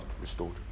restored